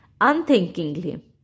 unthinkingly